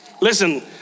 Listen